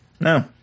No